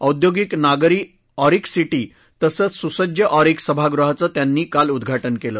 औद्योगिक नगरी ऑरिक सिद्धी तसंच सुसज्ज ऑरिक सभागृहाचं त्यांनी काल उद्घात्र केलं